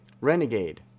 Renegade